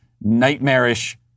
nightmarish